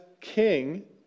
King